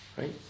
right